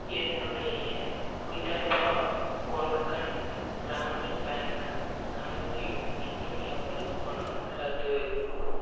என்னுடைய விதர்பா கொன்கன் கிராமின் பேங்க் கணக்கில் இன்னும் எவ்வளவு பணம் உள்ளது